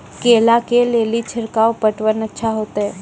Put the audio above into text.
केला के ले ली छिड़काव पटवन अच्छा होते?